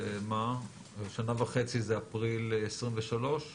שנה וחצי זה אפריל 2023?